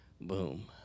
boom